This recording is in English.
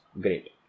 great